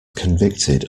convicted